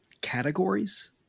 categories